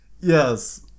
Yes